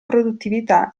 produttività